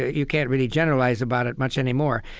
you can't really generalize about it much anymore,